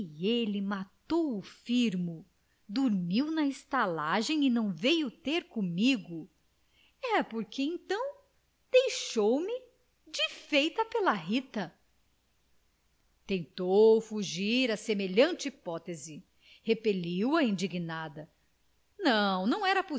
ele matou o firmo dormiu na estalagem e não veio ter comigo é porque então deixou-me de feita pela rita tentou fugir a semelhante hipótese repeliu a indignada não não era